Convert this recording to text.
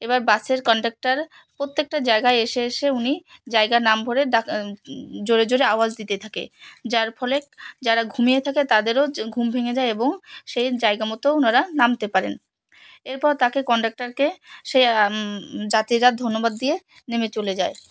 এবার বাসের কন্ডাক্টার প্রত্যেকটা জায়গায় এসে এসে উনি জায়গার নামধরে ডাক জোরে জোরে আওয়াজ দিতে থাকে যার ফলে যারা ঘুমিয়ে থাকে তাদেরও ঘুম ভেঙে যায় এবং সেই জায়গা মতো ওনারা নামতে পারেন এরপর তাকে কন্ডাক্টারকে সেই যাত্রীরা ধন্যবাদ দিয়ে নেমে চলে যায়